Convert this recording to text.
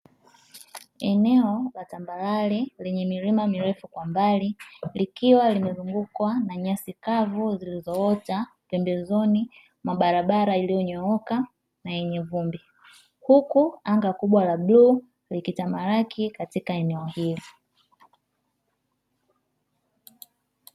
Eneo la tambarare lenye milima mirefu kwa mbali, likiwa limezungukwa na nyasi kavu zilizoota pembezoni mwa barabara iliyonyooka na yenye vumbi, huku anga kubwa la bluu likitamalaki katika eneo hili.